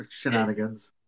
shenanigans